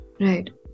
Right